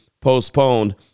postponed